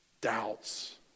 doubts